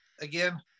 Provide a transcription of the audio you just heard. again